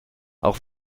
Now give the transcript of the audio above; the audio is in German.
auch